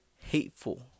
hateful